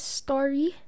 story